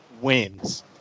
wins